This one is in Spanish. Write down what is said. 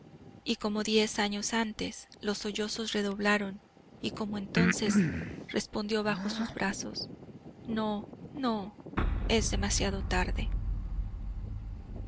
y como diez años antes los sollozos redoblaron y como entonces me respondió bajo sus brazos no no es demasiado tarde